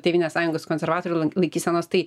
tėvynės sąjungos konservatorių laikysenos tai